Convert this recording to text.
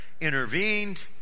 intervened